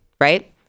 Right